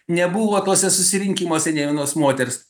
nebuvo tuose susirinkimuose nei vienos moters